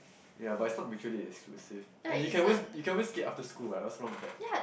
ya but it's not mutually exclusive as in you can always you can always skate after school what what's wrong with that